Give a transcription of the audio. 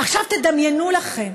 עכשיו, תדמיינו לכם